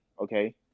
Okay